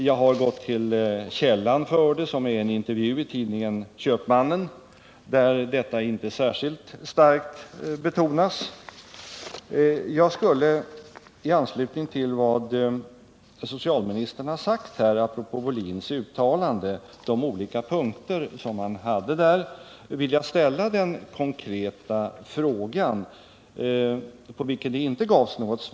Jag har gått till källan för det —en intervju i tidningen Köpmannen —- och där betonas inte detta särskilt starkt. Jag skulle i anslutning till vad socialministern har sagt apropå de olika punkterna i Wohlins uttalande vilja ställa en konkret fråga.